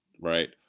Right